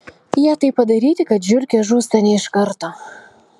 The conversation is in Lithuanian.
jie taip padaryti kad žiurkė žūsta ne iš karto